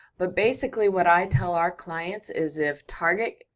but basically, what i tell our clients is, if target,